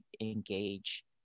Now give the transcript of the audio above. engage